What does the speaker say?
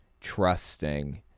trusting